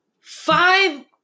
Five-